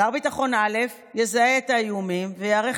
שר ביטחון א' יזהה את האיומים וייערך